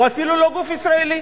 הוא אפילו לא גוף ישראלי,